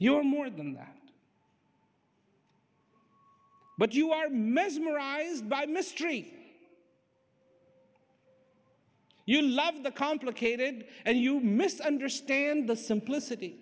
you are more than that but you are mesmerized by mistreat you love the complicated and you miss understand the simplicity